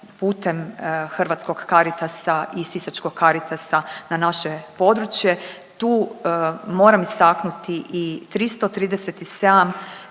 putem hrvatskog Caritasa i sisačkog Caritasa na naše područje. Tu moram istaknuti i 337